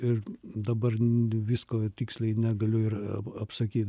ir dabar visko tiksliai negaliu ir ap apsakyt